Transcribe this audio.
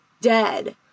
dead